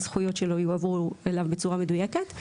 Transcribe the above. הזכויות שלו יועברו אליו בצורה מדויקת.